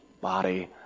body